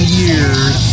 years